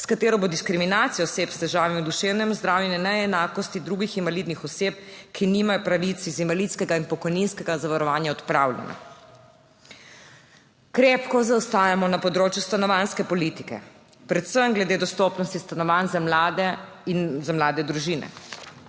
s katero bo diskriminacija oseb s težavami v duševnem zdravju in neenakosti drugih invalidnih oseb, ki nimajo pravic iz invalidskega in pokojninskega zavarovanja, odpravljen. Krepko zaostajamo na področju stanovanjske politike, predvsem glede dostopnosti stanovanj za mlade in za mlade družine.